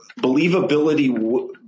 believability